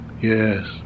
Yes